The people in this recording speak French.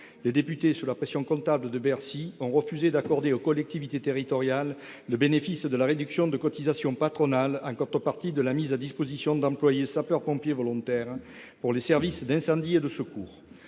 les députés, sous la pression comptable de Bercy, ont refusé d'accorder aux collectivités territoriales le bénéfice de la réduction de cotisations patronales en contrepartie de la mise à disposition d'employés sapeurs-pompiers volontaires pour les services d'incendie et de secours